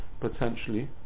potentially